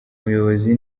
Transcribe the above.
umuyobozi